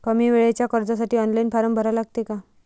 कमी वेळेच्या कर्जासाठी ऑनलाईन फारम भरा लागते का?